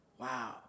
Wow